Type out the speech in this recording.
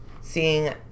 seeing